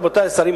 רבותי השרים,